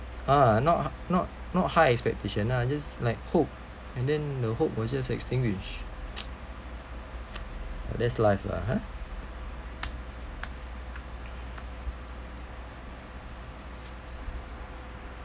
err not not not high expectation lah just like hope and then the hope was just extinguished but that's life lah ha